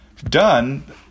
done